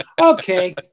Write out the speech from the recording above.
okay